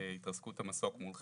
התרסקות המסוק מול חיפה.